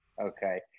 Okay